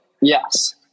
yes